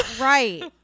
Right